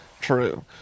true